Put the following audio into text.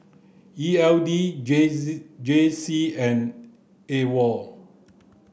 E L D J Z J C and AWOL